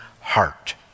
heart